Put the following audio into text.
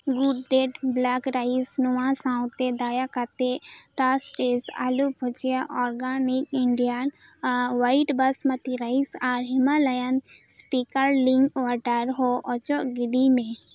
good diet black rice ᱱᱳᱣᱟ ᱥᱟᱶᱛᱮ ᱫᱟᱭᱟ ᱠᱟᱛᱮᱜ tastes aloo bhujia organic India white basmati rice ᱟᱨ ᱦᱤᱢᱟᱞᱚᱭᱟᱱ ᱤᱥᱯᱤᱠᱟᱨᱞᱤᱝ ᱳᱟᱴᱟᱨ ᱦᱚᱸ ᱚᱪᱚᱜ ᱜᱤᱰᱤᱭ ᱢᱮ